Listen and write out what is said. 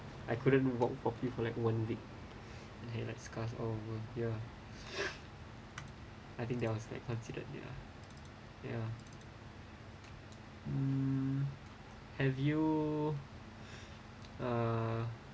I couldn't walk properly for like one week and had like scars all over ya I think that was like considered ya ya um have you uh